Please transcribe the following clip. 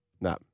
No